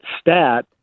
stat